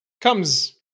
comes